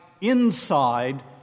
inside